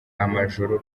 amajoro